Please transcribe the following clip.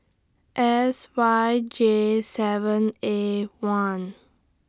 S Y J seven A one